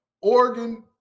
Oregon